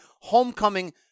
Homecoming